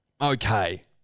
okay